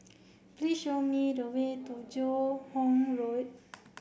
please show me the way to Joo Hong Road